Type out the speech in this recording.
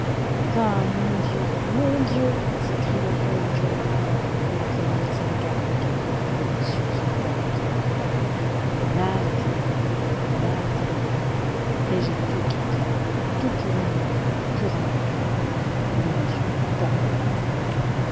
ah mon dieu mon dieu s'écria paul en joignant les mains et en promenant ses regards avec une profonde émotion sur le tableau qui l'entourait là était le repos là était le bonheur et j'ai tout quitté tout pour une erreur pour un abîme mon dieu pardonnez-moi